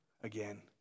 again